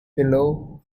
below